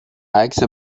عکس